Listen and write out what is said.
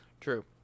True